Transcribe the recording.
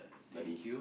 buddy